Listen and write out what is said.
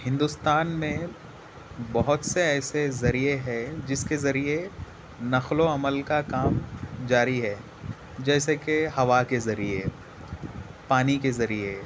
ہندوستان میں بہت سے ایسے ذریعے ہے جس کے ذریعے نقل و عمل کا کام جارى ہے جیسے کہ ہوا کے ذریعے پانی کے ذریعے